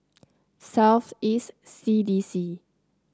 South East C D C